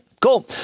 cool